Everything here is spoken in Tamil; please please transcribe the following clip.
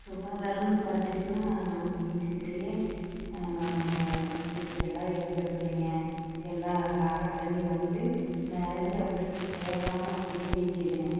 சுகாதாரம்னு பார்த்தீங்கன்னா நம்ம வீட்டுக்கிட்டேயே இந்த டிச்செல்லாம் எடுக்கிறதில்லைங்க எல்லா சாக்கடை தண்ணியும் வந்து நெறைஞ்சி அப்படி போகாமல் அப்படியே நிக்குதுங்க